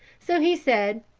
so he said